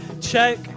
Check